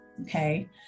okay